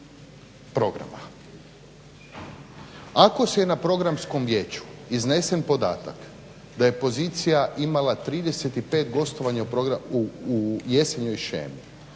Ako se na Programskom vijeću iznese podatak da je pozicija imala 35 gostovanja u jesenjoj shemi,